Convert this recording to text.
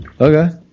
Okay